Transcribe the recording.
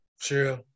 True